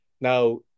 Now